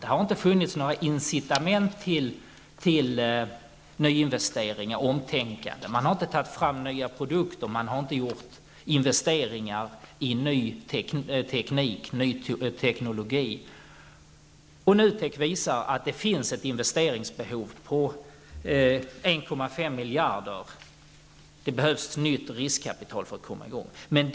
Det har inte funnits några incitament till nyinvesteringar och nytänkande. Man har inte tagit fram nya produkter och gjort investeringar i ny teknik. NUTEK visar att det finns ett investeringsbehov på 1,5 miljarder. Det behövs nytt riskkapital för att få i gång detta.